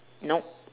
nope